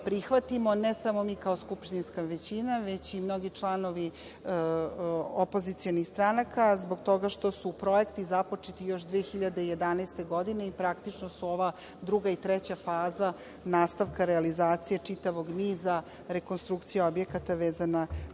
prihvatimo, ne samo mi kao skupštinska većina, već i mnogi članovi opozicionih stranaka, zbog toga što su projekti započeti još 2011. godine i praktično su ova druga i treća faza nastavka realizacije čitavog niza rekonstrukcije objekata vezana